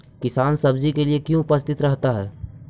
किसान सब्जी के लिए क्यों उपस्थित रहता है?